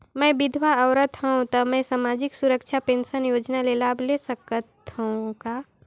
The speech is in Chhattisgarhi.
मैं विधवा औरत हवं त मै समाजिक सुरक्षा पेंशन योजना ले लाभ ले सकथे हव का?